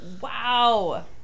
Wow